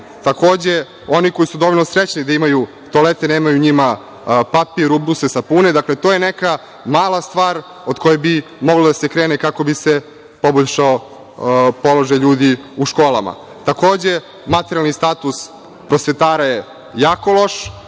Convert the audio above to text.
naprave. Takođe, oni koji su dovoljno srećni da imaju toalete nemaju u njima papir, ubruse, sapune. Dakle, to je neka mala stvar od koje bi moglo da se krene kako bi se poboljšao položaj ljudi u školama. Takođe, materijalni status prosvetara je jako loš.